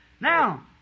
Now